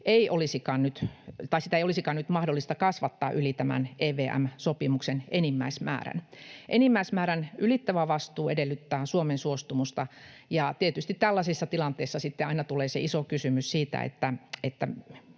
ei olisikaan nyt mahdollista kasvattaa yli tämän EVM-sopimuksen enimmäismäärän. Enimmäismäärän ylittävä vastuu edellyttää Suomen suostumusta, ja tietysti tällaisissa tilanteissa sitten aina tulee se iso kysymys siitä,